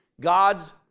God's